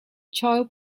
child